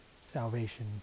salvation